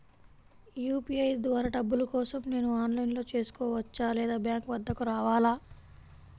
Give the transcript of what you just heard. UPI ద్వారా డబ్బులు కోసం నేను ఆన్లైన్లో చేసుకోవచ్చా? లేదా బ్యాంక్ వద్దకు రావాలా?